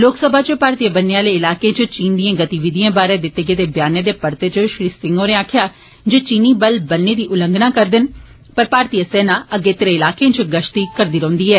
लोकसभा च भारती बन्ने आले इलाके च चीन दिए गतिविधिए बारे दित्ते गेदे व्यान दे परते च श्री सिंह होरे आक्खेआ जे चीनी बल बन्ने दी उल्लंघना करदे न पर भारती सेना अगेत्रे इलाकें च गश्मी करदी रौंहदी ऐ